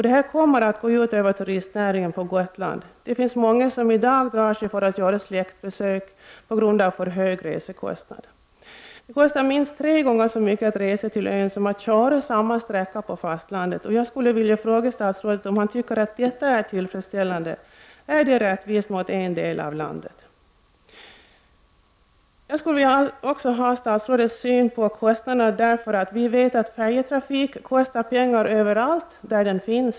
Detta kommer att gå ut över turistnäringen på Gotland. Det finns många som i dag drar sig för att göra släktbesök på grund av för höga resekostnader. Det kostar minst tre gånger så mycket att resa till ön som att köra samma sträcka på fastlandet. Jag skulle vilja fråga statsrådet om han tycker att detta är tillfredsställande. Är det rättvist mot en del av landet? Jag skulle också vilja ha statsrådets syn på kostnaderna. Vi vet att färjetrafiken kostar pengar överallt.